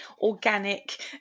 organic